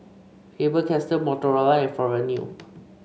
Faber Castell Motorola and Forever New